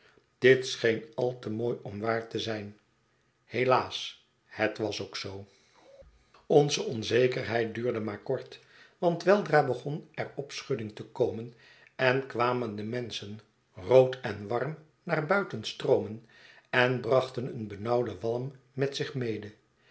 dit scheen al te mooi om waar te zijn helaas het was ook zoo onze onzekerheid duurde maar kort want weldra begon er opschudding te komen en kwamen de menschen rood en warm naar buiten stroomen en brachten een benauwden walm met zich mede